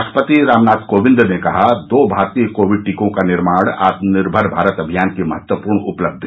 राष्ट्रपति रामनाथ कोविंद ने कहा दो भारतीय कोविंड टीकों का निर्माण आत्मनिर्भर भारत अभियान की महत्वपूर्ण उपलब्धि